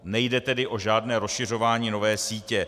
Nejde tedy o žádné rozšiřování nové sítě.